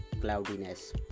cloudiness